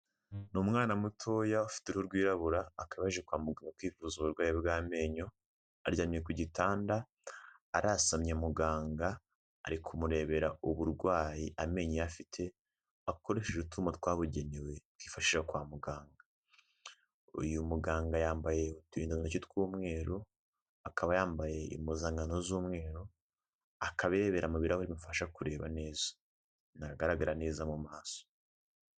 N'umwana mutoya ufite uruhu rwirabura akaba yaje kwa muganga kwivuza uburwayi bw'amenyo , aryamye ku gitanda arasamye muganga ari kumurebera uburwayi amenyo ye afite akoresheje utwuma twabugenewe twifashishwa kwa muganga . Uyu muganga yambaye uturindantoki tw'umweru akaba yambaye impuzankano z'umweru akaba arebera mubirarahuri bimufasha kureba neza .Ntagaragara neza mumaso.